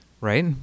right